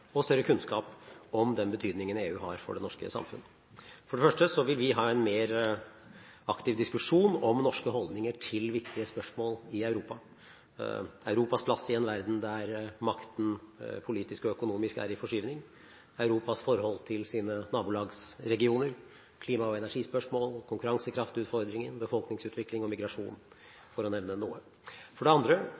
det norske samfunnet. For det første vil vi ha en mer aktiv diskusjon om norske holdninger til viktige spørsmål i Europa: Europas plass i en verden der makten – politisk og økonomisk – er i forskyvning, Europas forhold til sine nabolagsregioner, klima- og energispørsmål, konkurransekraftutfordringen, befolkningsutvikling og migrasjon, for å nevne noe. For det andre